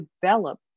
develop